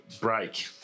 break